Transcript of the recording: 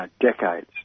decades